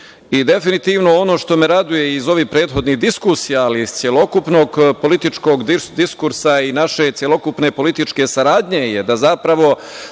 Definitivno, ono što me raduje iz ovih prethodnih diskusija, ali i iz celokupnog političkog diskursa i naše celokupne političke saradnje je da zapravo